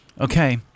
Okay